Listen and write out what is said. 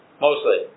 Mostly